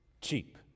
cheap